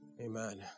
Amen